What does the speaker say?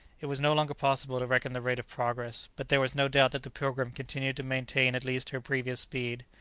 it was no longer possible to reckon the rate of progress, but there was no doubt that the pilgrim continued to maintain at least her previous speed.